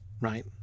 right